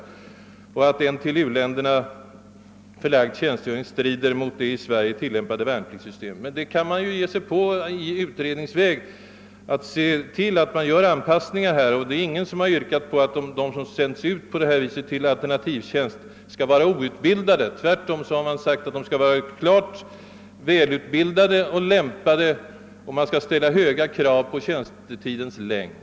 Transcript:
Vidare framhålles att en till u-länderna förlagd tjänstgöring strider mot det i Sverige tillämpade värnpliktssystemet. Man borde emellertid nu i en utredning ta upp just frågan om en anpassning av lagstiftningen till de reformer, som vi här påkallat. Ingen har yrkat på att de som på berört sätt sänds ut till alternativtjänst i ett u-land skall vara outbildade. Tvärtom har det uttalats att de skall vara klart välutbildade, i övrigt klart lämpade för uppgiften och att höga krav skall ställas på tjänstetidens längd.